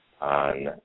on